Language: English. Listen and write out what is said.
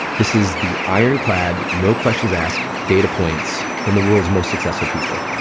this is the ironclad no questions asked data points from the world's most successful people.